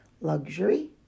luxury